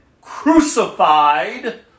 crucified